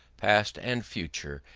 past and future,